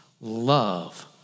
love